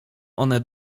one